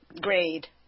grade